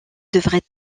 devrait